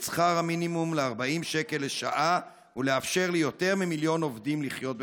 שכר המינימום ל-40 שקל לשעה ולאפשר ליותר ממיליון עובדים לחיות בכבוד.